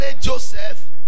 Joseph